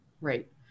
Right